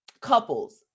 couples